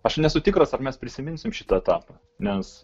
aš nesu tikras ar mes prisiminsim šitą etapą nes